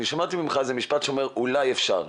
שמעתי משפט שאומר 'אולי אפשר'.